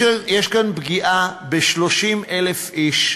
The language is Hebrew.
יש כאן פגיעה ב-30,000 איש,